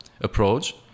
approach